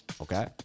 okay